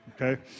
okay